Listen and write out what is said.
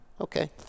Okay